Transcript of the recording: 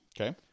Okay